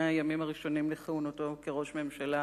הימים הראשונים לכהונתו כראש ממשלה,